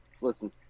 listen